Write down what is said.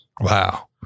Wow